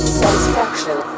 satisfaction